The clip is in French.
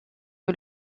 que